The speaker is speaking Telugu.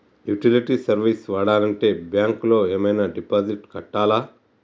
యుటిలిటీ సర్వీస్ వాడాలంటే బ్యాంక్ లో ఏమైనా డిపాజిట్ కట్టాలా?